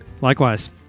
likewise